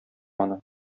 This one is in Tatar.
аны